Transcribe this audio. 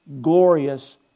glorious